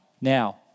now